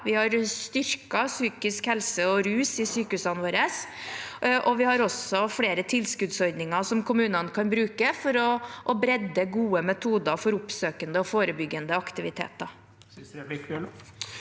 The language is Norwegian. innen psykisk helse og rus i sykehusene våre, og vi har også flere tilskuddsordninger som kommunene kan bruke for å utbre gode metoder for oppsøkende og forebyggende aktiviteter.